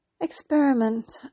experiment